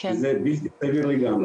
זה בלתי סביר לגמרי.